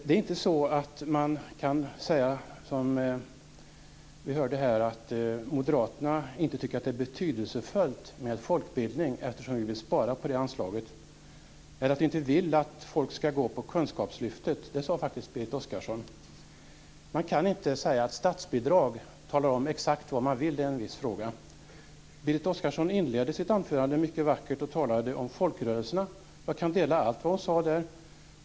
Man kan inte säga, som vi hörde här, att vi moderater inte tycker att det är betydelsefullt med folkbildning eftersom vi vill spara på det anslaget eller att vi inte vill att folk skall gå på kunskapslyftet. Det sade faktiskt Berit Oscarsson. Man kan inte heller säga att statsbidrag talar om exakt vad man vill i en viss fråga. Berit Oscarsson inledde sitt anförande mycket vackert med att tala om folkrörelserna. Jag kan instämma i allt vad hon sade.